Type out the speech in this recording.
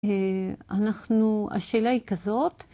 אנחנו, השאלה היא כזאת: